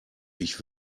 ich